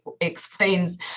explains